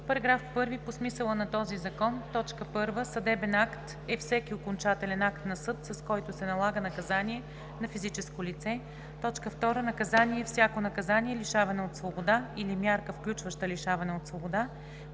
§ 1: „§ 1. По смисъла на този закон: 1. „Съдебен акт“ е всеки окончателен акт на съд, с който се налага наказание на физическо лице. 2. „Наказание“ е всяко наказание лишаване от свобода или мярка, включваща лишаване от свобода,